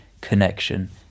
connection